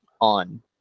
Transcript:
on